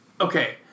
Okay